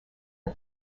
her